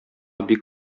бик